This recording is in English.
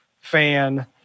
fan